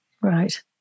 Right